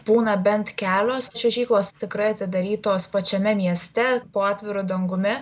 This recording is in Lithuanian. būna bent kelios čiuožyklos tikrai atidarytos pačiame mieste po atviru dangumi